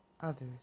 others